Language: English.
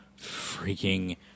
freaking